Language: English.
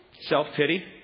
Self-pity